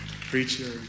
Preacher